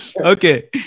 Okay